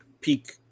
peak